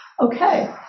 Okay